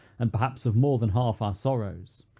and perhaps of more than half our sorrows,